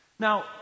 Now